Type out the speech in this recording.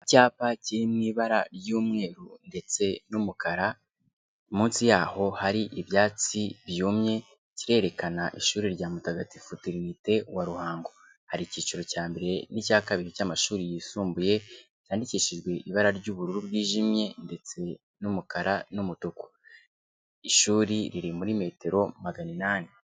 Icyapa kiri mu ibara ry'umweru ndetse n'umukara, munsi yaho hari ibyatsi byumye, kirerekana ishuri rya Mutagatifu Terinite wa Ruhango. Hari icyiciro cya mbere n'icya kabiri cy'amashuri yisumbuye, cyandikishijwe ibara ry'ubururu bwijimye, ndetse n'umukara n'umutuku. Ishuri riri muri metero magana inani.